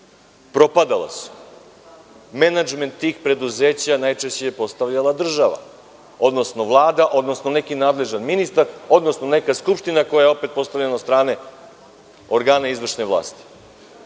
Propadala su. Menadžment tih preduzeća najčešće je postavljala država, odnosno Vlada, odnosno neki nadležni ministar, odnosno neka skupština, koja je postavljana od strane organa izvršne vlasti. Sada